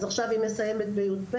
עכשיו היא מסיימת י"ב,